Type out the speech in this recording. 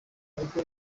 uko